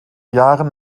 jahren